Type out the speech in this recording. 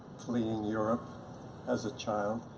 fleeing europe as a child.